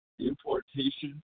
Importation